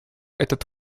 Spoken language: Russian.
этот